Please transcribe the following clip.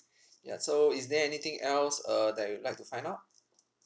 ya so is there anything else uh that you would like to find out